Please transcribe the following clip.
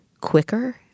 quicker